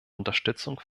unterstützung